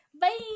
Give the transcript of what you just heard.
Bye